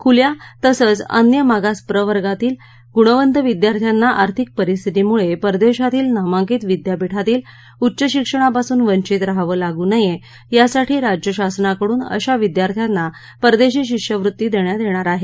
खुल्या तसंच अन्य मागास प्रवर्गातील गुणवंत विद्यार्थ्यांना आर्थिक परिस्थितीमुळे परदेशातील नामांकित विद्यापीठातील उच्च शिक्षणापासून वंचित रहावे लागू नये यासाठी राज्य शासनाकडून अशा विद्यार्थ्यांना परदेशी शिष्यवृत्ती देण्यात येणार आहे